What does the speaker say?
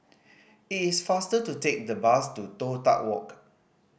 it is faster to take the bus to Toh Tuck Walk